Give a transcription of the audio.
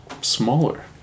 smaller